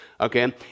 Okay